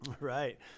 Right